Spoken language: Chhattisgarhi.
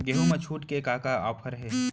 गेहूँ मा छूट के का का ऑफ़र हे?